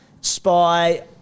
Spy